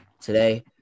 today